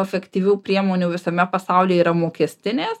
efektyvių priemonių visame pasaulyje yra mokestinės